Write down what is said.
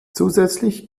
zusätzlich